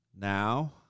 Now